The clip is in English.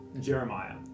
Jeremiah